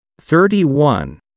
Thirty-one